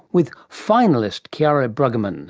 with finalist kiara bruggeman